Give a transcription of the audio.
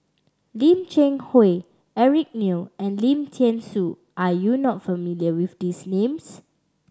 Lim Cheng Hoe Eric Neo and Lim Thean Soo are you not familiar with these names